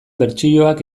bertsioak